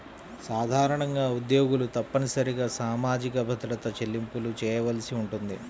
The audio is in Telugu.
సాధారణంగా ఉద్యోగులు తప్పనిసరిగా సామాజిక భద్రత చెల్లింపులు చేయవలసి ఉంటుంది